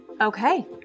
Okay